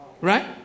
Right